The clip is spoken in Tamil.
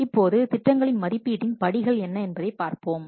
இப்போது திட்டங்களின் மதிப்பீட்டின் படிகள் என்ன என்பதைப் பார்ப்போம்